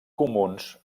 comuns